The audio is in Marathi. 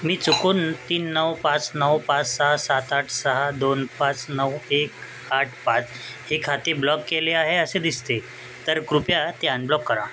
मी चुकून तीन नऊ पाच नऊ पाच सहा सात आठ सहा दोन पाच नऊ एक आठ पाच हे खाते ब्लॉक केले आहे असे दिसते तर कृपया ते अनब्लॉक करा